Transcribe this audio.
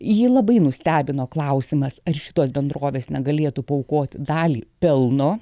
jį labai nustebino klausimas ar šitos bendrovės negalėtų paaukoti dalį pelno